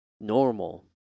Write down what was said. normal